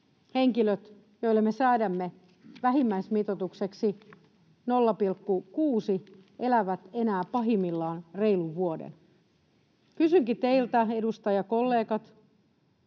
henkilöt, joille me säädämme 0,6:n vähimmäismitoituksen, elävät enää pahimmillaan reilun vuoden. Kysynkin teiltä, edustajakollegat,